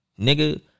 Nigga